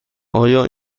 آیا